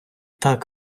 так